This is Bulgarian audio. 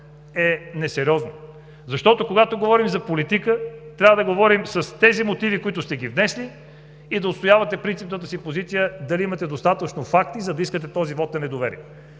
е несериозно. Когато говорим за политика, трябва да говорим с мотивите, които сте внесли, и да отстоявате принципната си позиция дали имате достатъчно факти, за да искате този вот на недоверие.